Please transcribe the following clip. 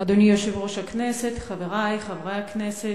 אדוני יושב-ראש הכנסת, חברי חברי הכנסת,